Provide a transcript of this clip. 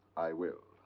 i will.